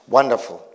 Wonderful